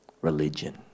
religion